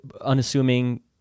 unassuming